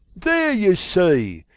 there, you see!